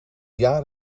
jaar